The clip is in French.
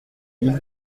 ils